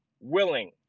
willing